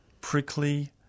Prickly